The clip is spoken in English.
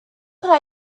could